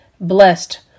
Blessed